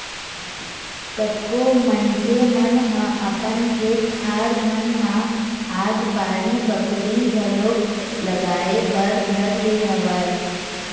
कतको मनखे मन ह अपन खेत खार मन म आज बाड़ी बखरी घलोक लगाए बर धर ले हवय